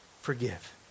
forgive